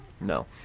No